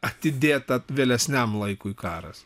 atidėta vėlesniam laikui karas